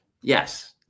yes